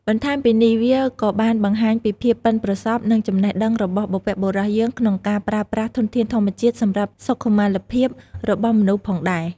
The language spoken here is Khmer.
បន្ថែមពីនេះវាក៏បានបង្ហាញពីភាពប៉ិនប្រសប់ និងចំណេះដឹងរបស់បុព្វបុរសយើងក្នុងការប្រើប្រាស់ធនធានធម្មជាតិសម្រាប់សុខុមាលភាពរបស់មនុស្សផងដែរ។